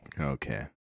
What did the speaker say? Okay